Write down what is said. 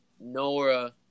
Nora